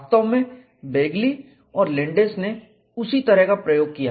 वास्तव में बेगली और लैंडेस ने उस तरह का प्रयोग किया